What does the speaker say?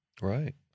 Right